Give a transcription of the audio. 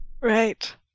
Right